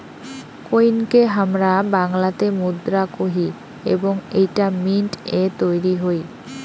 কোইনকে হামরা বাংলাতে মুদ্রা কোহি এবং এইটা মিন্ট এ তৈরী হই